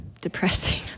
depressing